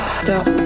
stop